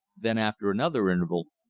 then after another interval,